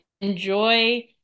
enjoy